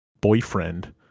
boyfriend